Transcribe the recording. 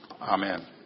Amen